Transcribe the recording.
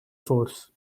force